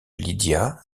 lydia